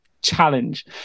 challenge